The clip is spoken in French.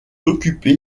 occupé